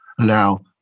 allow